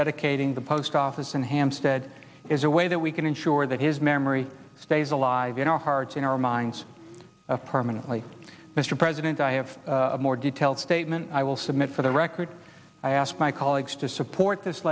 dedicating the post office in hampstead is a way that we can ensure that his memory stays alive in our hearts in our minds of permanently mr president i have a more detailed statement i will submit for the record i ask my colleagues to support this